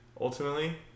ultimately